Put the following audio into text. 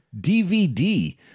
DVD